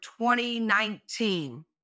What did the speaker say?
2019